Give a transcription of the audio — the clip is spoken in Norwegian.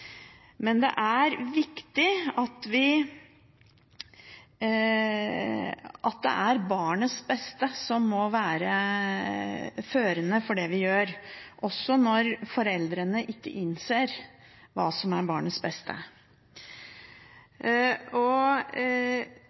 Men det er viktig at det er barnets beste som må være førende for det vi gjør, også når foreldrene ikke innser hva som er barnets beste.